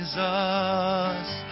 Jesus